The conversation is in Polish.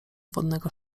wodnego